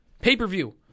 Pay-per-view